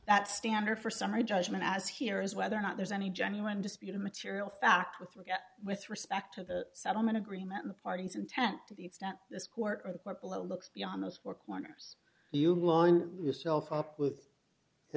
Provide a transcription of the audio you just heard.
that standard for summary judgment as here is whether or not there's any genuine disputed material fact with regret with respect to the settlement agreement the parties intent to the extent this court or the court below looks beyond those four corners you